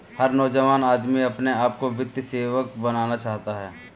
हर नौजवान आदमी अपने आप को वित्तीय सेवक बनाना चाहता है